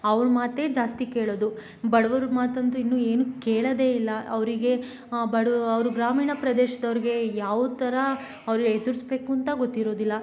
ಅವ್ರ ಮಾತೇ ಜಾಸ್ತಿ ಕೇಳೋದು ಬಡವ್ರ ಮಾತಂತೂ ಇನ್ನೂ ಏನು ಕೇಳೋದೇ ಇಲ್ಲ ಅವರಿಗೆ ಬಡ ಅವರು ಗ್ರಾಮೀಣ ಪ್ರದೇಶ್ದವ್ರಿಗೆ ಯಾವ ಥರ ಅವರು ಎದುರಿಸ್ಬೇಕು ಅಂತ ಗೊತ್ತಿರೋದಿಲ್ಲ